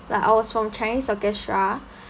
like I was from chinese orchestra